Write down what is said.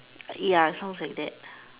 ya sounds like that